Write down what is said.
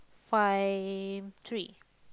five tree